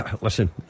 listen